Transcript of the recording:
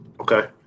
Okay